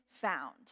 found